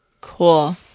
cool